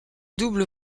double